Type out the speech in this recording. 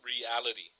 reality